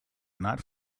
not